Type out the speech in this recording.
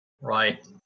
Right